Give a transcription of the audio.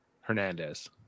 hernandez